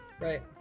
Right